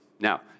Now